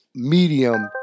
medium